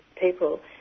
people